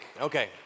Okay